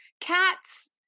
cats